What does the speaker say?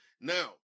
Now